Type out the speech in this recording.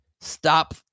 stop